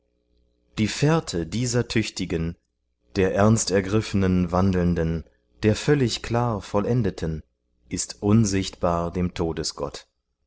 die fährte dieser tüchtigen der ernstergriffen wandelnden der völlig klar vollendeten ist unsichtbar dem